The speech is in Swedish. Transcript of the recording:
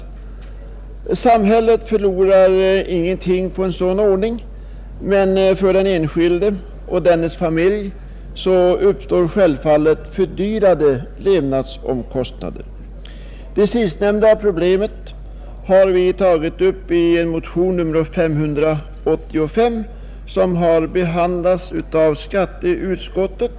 Samhället förlorar ingenting på en sådan ordning, men för den enskilde och dennes familj uppstår självfallet fördyrade levnadskostnader. Vi har tagit upp det problemet i motionen 585, som har behandlats av skatteutskottet.